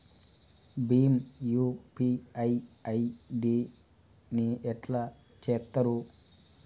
Bhim UPI ID ని ఎట్లా చేత్తరు?